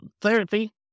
therapy